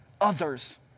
others